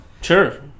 Sure